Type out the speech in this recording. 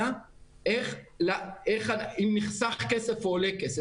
אם נחסך כסף או עולה כסף.